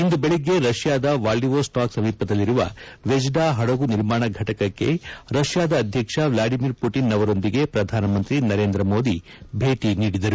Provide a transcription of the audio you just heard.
ಇಂದು ಬೆಳಗ್ಗೆ ರಷ್ಯಾದ ವಾಲ್ಡಿವೋಸ್ವಾಕ್ ಸಮೀಪದಲ್ಲಿರುವ ವೆಜ್ಡಾ ಹಡಗು ನಿರ್ಮಾಣ ಘಟಕಕ್ಕೆ ರಷ್ಯಾದ ಅಧ್ಯಕ್ಷ ವ್ಲಾಡಿಮಿರ್ ಪುಟಿನ್ ಅವರೊಂದಿಗೆ ಪ್ರಧಾನಮಂತ್ರಿ ನರೇಂದ್ರ ಮೋದಿ ಭೇಟಿ ನೀಡಿದರು